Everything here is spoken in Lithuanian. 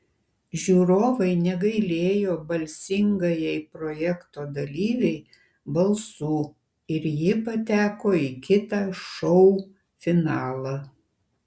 žiūrovai negailėjo balsingajai projekto dalyvei balsų ir ji pateko į kitą šou finalą